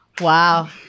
Wow